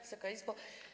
Wysoka Izbo!